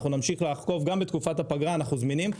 אנחנו נמשיך לעקוב גם בתקופת הפגרה אנחנו זמינים.